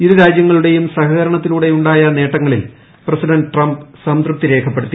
ഇരു രാജ്യങ്ങളുടെയും സഹകരണത്തിലൂടെയുണ്ടായ നേട്ടങ്ങളിൽ പ്രസിഡന്റ് ട്രംപ് സംതൃപ്തി രേഖപ്പെടുത്തി